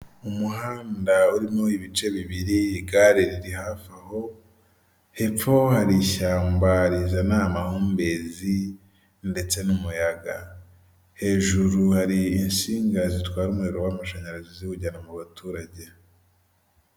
Umuhanda urimo ibice bibiri igare riri hafi aho hepfo hari ishyamba rizana amahumbezi ndetse n'umuyaga, hejuru hari insinga zitwara umuriro w'amashanyarazi ziwujyana mu baturage.